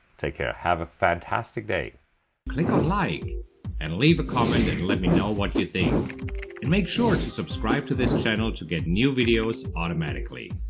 take care have a fantastic day click ah like and leave a comment and let me know what you think and make sure you subscribe to this channel to get new videos automatically